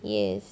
yes